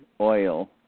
oil